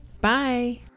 Bye